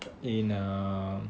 in um